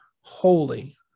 holy